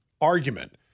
argument